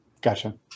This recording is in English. Gotcha